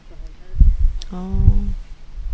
orh